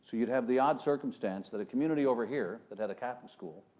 so you'd have the odd circumstance that a community over here, that had a catholic school,